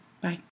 Bye